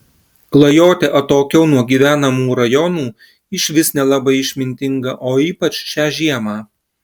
klajoti atokiau nuo gyvenamų rajonų išvis nelabai išmintinga o ypač šią žiemą